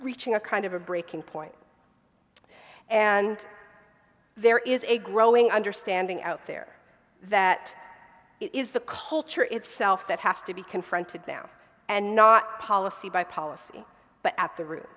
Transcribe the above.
reaching a kind of a breaking point and there is a growing understanding out there that it is the culture itself that has to be confronted now and not policy by policy but at the root